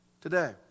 today